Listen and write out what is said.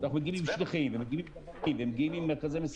ואנחנו מגיעים עם שליחים ומגיעים עם דוורים ומגיעים עם מרכזי מסירה.